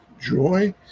joy